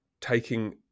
taking